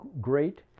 great